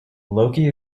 loki